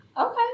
Okay